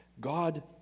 god